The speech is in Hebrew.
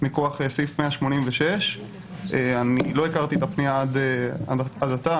מכוח סעיף 186. לא הכרתי את הפנייה עד עתה.